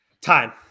time